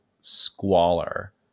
squalor